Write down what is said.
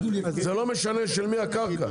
זה לא משנה של מי הקרקע.